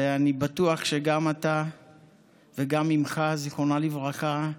ואני בטוח שגם אתה וגם אימך, זיכרונה לברכה,